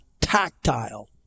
tactile